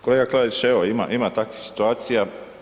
Kolega Klarić, evo, ima, ima takvih situacija.